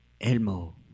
Elmo